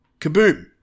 Kaboom